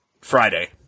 Friday